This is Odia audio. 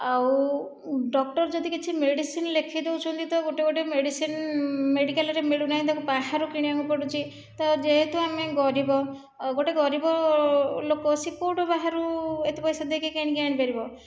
ଆଉ ଡକ୍ଟର ଯଦିକିଛି ମେଡିସିନ୍ ଲେଖିଦେଉଛନ୍ତି ତ ଗୋଟିଏ ଗୋଟିଏ ମେଡିସିନ୍ ମେଡିକାଲରେ ମିଳୁନାହିଁ ତାକୁ ବାହାରୁ କିଣିବାକୁ ପଡ଼ୁଛି ତ ଯେହେତୁ ଆମେ ଗରିବ ଗୋଟିଏ ଗରିବ ଲୋକ ସେ କେଉଁଠୁ ବାହାରୁ ଏତେ ପଇସା ଦେଇକି କିଣିକି ଆଣିପାରିବ